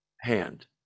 hand